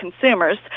consumers